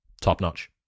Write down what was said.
top-notch